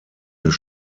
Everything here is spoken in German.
des